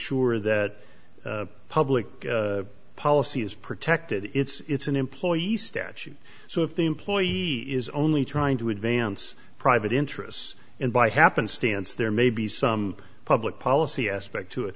sure that public policy is protected it's an employee statute so if the employee is only trying to advance private interests and by happenstance there may be some public policy aspect to it